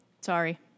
sorry